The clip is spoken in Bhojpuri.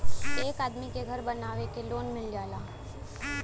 एक आदमी के घर बनवावे क लोन मिल जाला